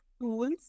tools